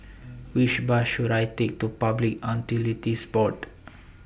Which Bus should I Take to Public Utilities Board